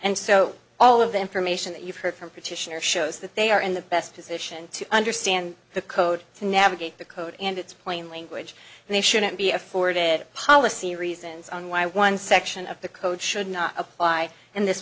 and so all of them permission that you've heard from petitioner shows that they are in the best position to understand the code to navigate the code and it's plain language and they shouldn't be afforded policy reasons on why one section of the code should not apply in this